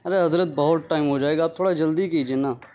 ارے حضرت بہت ٹائم ہو جائے گا آپ تھوڑا جلدی کیجیے نا